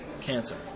cancer